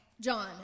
John